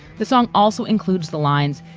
the song also includes the lines.